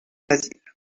asile